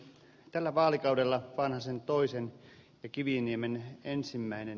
tällä vaalikaudella vanhasen toisen ja kiviniemen ensimmäinen